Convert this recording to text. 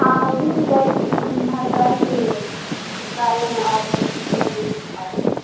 ہاں وہ بھی مل جائے گی ہم ہر طرح کی کاریں اور کیبس اویلیبل کراتے ہیں